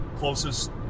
closest